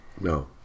No